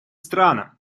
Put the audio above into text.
странам